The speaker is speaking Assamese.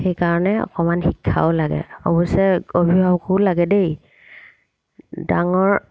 সেইকাৰণে অকণমান শিক্ষাও লাগে অৱশ্যে অভিভাৱকো লাগে দেই ডাঙৰ